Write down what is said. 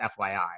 FYI